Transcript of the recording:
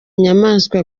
nyamaswa